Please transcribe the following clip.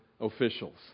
officials